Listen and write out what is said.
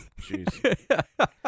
Jeez